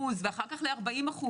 ואחר כך ל-40%,